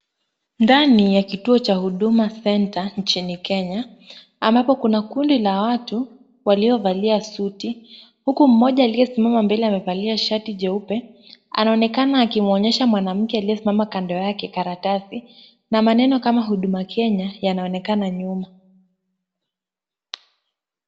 Ndani ya kituo cha Huduma Center nchini Kenya, ambapo kuna kundi la watu waliovalia suti. Huku mmoja aliyesimama mbele amevalia shati jeupe anaonekana akimwonyesha mwanamke aliyesimama kando yake karatasi na maneno kama Huduma Kenya yanaonekana nyuma.